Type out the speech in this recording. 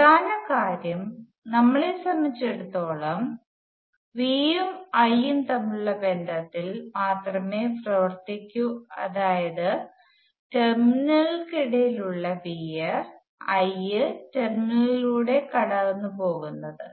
പ്രധാന കാര്യം നമ്മളെ സംബന്ധിച്ചിടത്തോളംVഉം Iഉം തമ്മിലുള്ള ബന്ധത്തിൽ മാത്രമേ പ്രവർത്തിക്കൂ അതായത് ടെർമിനലുകൾക്കിടയിലുള്ള വി ഐ ടെർമിനലുകളിലൂടെ കടന്നുപോകുന്നത്